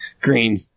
green